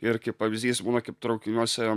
ir kaip pavyzdys būna kaip traukiniuose